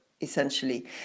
essentially